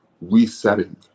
resetting